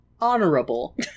honorable